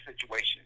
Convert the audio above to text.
situation